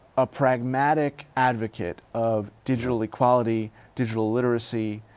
a pragmatic advocate of digital equality, digital literacy.